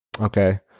Okay